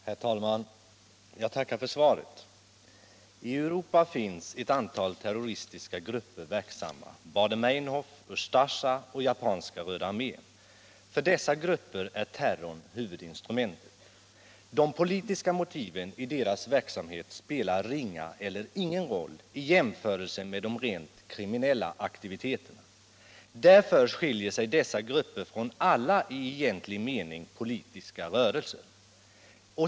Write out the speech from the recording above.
Herr talman! Jag tackar för svaret. I Europa finns ett antal terroristiska grupper verksamma: Baader Meinhof, Ustasja och japanska Röda armén. För dessa grupper är terrorn huvudinstrumentet. De politiska motiven i deras verksamhet spelar ringa eller ingen roll i jämförelse med de rent kriminella aktiviteterna. Därför skiljer sig dessa grupper från alla i egentlig mening politiska rörelser.